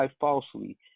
falsely